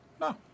No